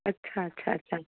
अच्छा अच्छा अच्छा